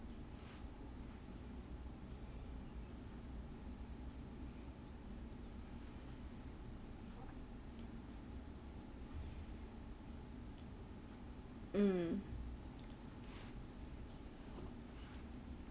mm